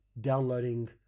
downloading